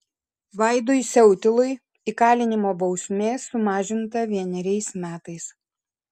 vaidui siautilui įkalinimo bausmė sumažinta vieneriais metais